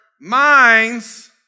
minds